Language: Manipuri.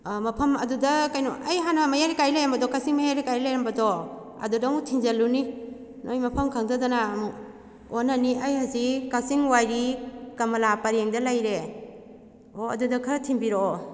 ꯃꯐꯝ ꯑꯗꯨꯗ ꯀꯩꯅꯣ ꯑꯩ ꯍꯥꯟꯅ ꯃꯌꯥꯏ ꯂꯩꯀꯥꯏ ꯂꯩꯔꯝꯕꯗꯣ ꯀꯛꯆꯤꯡ ꯃꯌꯥꯏ ꯂꯩꯀꯥꯏꯗ ꯂꯩꯔꯝꯕꯗꯣ ꯑꯗꯨꯗ ꯑꯃꯨꯛ ꯊꯤꯟꯖꯜꯂꯨꯅꯤ ꯅꯣꯏ ꯃꯐꯝ ꯈꯪꯗꯗꯅ ꯑꯃꯨꯛ ꯑꯣꯟꯅꯅꯤ ꯑꯩ ꯍꯧꯖꯤꯛ ꯀꯛꯆꯤꯡ ꯋꯥꯏꯔꯤ ꯀꯃꯂꯥ ꯄꯔꯦꯡꯗ ꯂꯩꯔꯦ ꯑꯣ ꯑꯗꯨꯗ ꯈꯔ ꯊꯤꯟꯕꯤꯔꯛꯑꯣ